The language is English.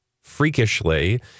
freakishly